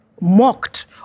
mocked